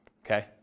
okay